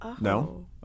No